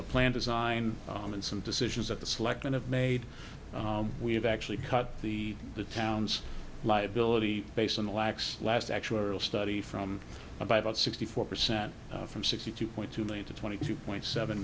a plan design and some decisions of the selection of made we have actually cut the the town's liability based on the lax last actuarial study from about sixty four percent from sixty two point two million to twenty two point seven